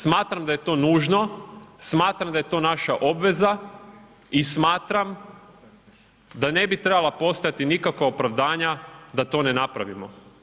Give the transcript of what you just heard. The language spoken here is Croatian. Smatram da je to nužno, smatram da je to naša obveza i smatram da ne bi trebala postojati nikakva opravdanja da to ne napravimo.